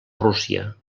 rússia